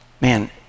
Man